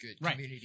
right